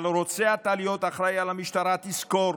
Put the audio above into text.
אבל אם אתה רוצה להיות אחראי למשטרה, תזכור: